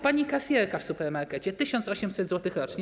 Pani kasjerka w supermarkecie - 1800 zł rocznie.